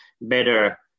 better